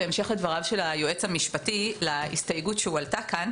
בהמשך לדבריו של היועץ המשפטי להסתייגות שהועלתה כאן.